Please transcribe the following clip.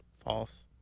false